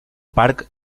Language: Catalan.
parc